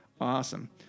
Awesome